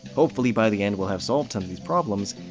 hopefully, by the end, we'll have solved some of these problems,